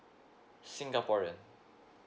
singaporean